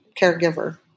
caregiver